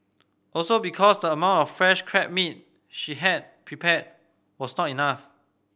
also because the amount of fresh crab meat she had prepared was not enough